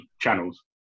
channels